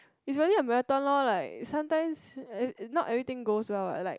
is very a marathon loh like sometimes not everything goes down like